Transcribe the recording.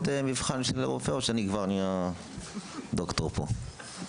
מבחן של רופא או שאני כבר נהיה דוקטור פה?